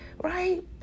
right